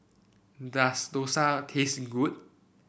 does Dosa taste good